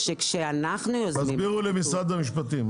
תסבירו למשרד המשפטים.